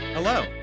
Hello